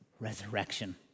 resurrection